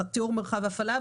תיאור מרחב ההפעלה,